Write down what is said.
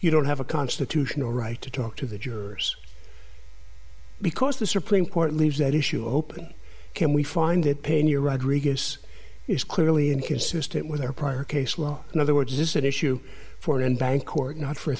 you don't have a constitutional right to talk to the jurors because the supreme court leaves that issue open can we find that pin you're rodriguez is clearly inconsistent with their prior case law in other words is this an issue for an bank or not for